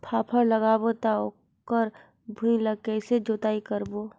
फाफण लगाबो ता ओकर भुईं ला कइसे जोताई करबो?